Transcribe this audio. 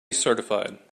certified